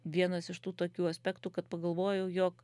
vienas iš tų tokių aspektų kad pagalvojau jog